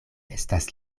estas